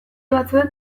batzuek